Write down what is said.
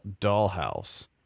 Dollhouse